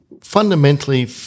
fundamentally